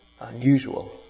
unusual